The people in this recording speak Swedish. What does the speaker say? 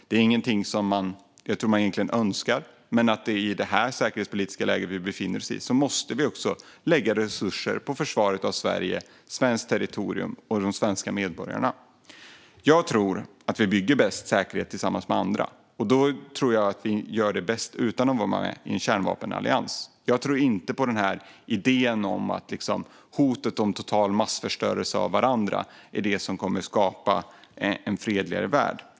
Det är ingenting jag tror att man egentligen önskar, men i det säkerhetspolitiska läge vi befinner oss i måste vi lägga resurser på försvaret av Sverige, svenskt territorium och de svenska medborgarna. Jag tror att vi bäst bygger säkerhet tillsammans med andra, och jag tror att vi gör det bäst utan att vara med i en kärnvapenallians. Jag tror inte på idén att hotet om total massförstörelse av varandra är det som kommer att skapa en fredligare värld.